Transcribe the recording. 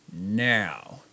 Now